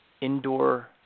indoor